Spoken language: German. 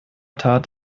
tat